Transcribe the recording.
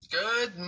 Good